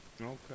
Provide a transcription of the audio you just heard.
Okay